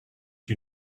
you